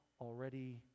already